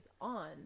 on